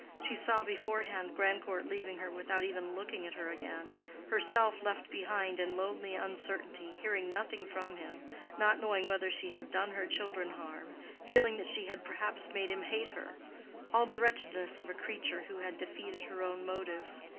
she saw beforehand grandcourt leaving her without even looking at her again herself left behind in lonely uncertainty hearing nothing from him not knowing whether she had done her children harm feeling that she had perhaps made him hate her all the wretchedness of a creature who had defeated her own motives.